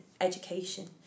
education